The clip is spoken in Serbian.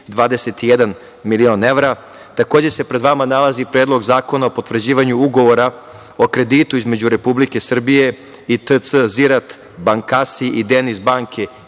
21 milion evra. Takođe se pred vama nalazi Predlog zakona o potvrđivanju Ugovora o kreditu između Republike Srbije i T.C. Ziraat Bankasi i Denizbank